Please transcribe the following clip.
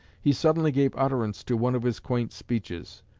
he suddenly gave utterance to one of his quaint speeches.